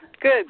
Good